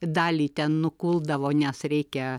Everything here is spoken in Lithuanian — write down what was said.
dalį ten nukuldavo nes reikia